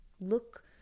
look